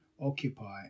occupy